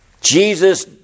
Jesus